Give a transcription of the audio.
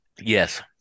Yes